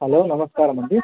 hello నమస్కారం అండి